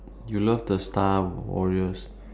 you love the star warriors